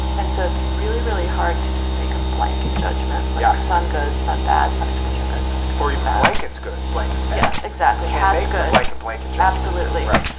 and so it's really really hard to just make a blanket judgment. yeah. sun good sun bad sun exposure good sun ah or even blankets good blankets. yes exactly. yeah a. like a blanket. absolutely right.